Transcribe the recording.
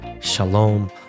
shalom